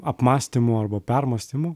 apmąstymų arba permąstymų